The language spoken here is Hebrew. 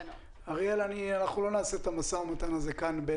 אנחנו לא נעשה את המשא ומתן הזה כאן,